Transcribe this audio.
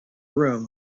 room